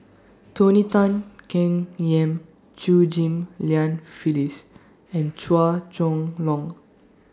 Tony Tan Keng Yam Chew Ghim Lian Phyllis and Chua Chong Long